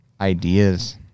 ideas